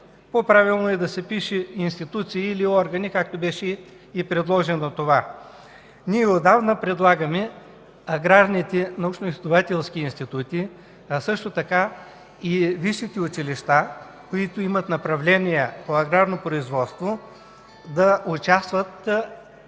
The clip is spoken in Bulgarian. по-правилно е да се пише „институции” или „органи”, както това беше предложено. Ние отдавна предлагаме аграрните научно-изследователски институти, а също така и висшите училища, които имат направления по аграрно производство, да участват в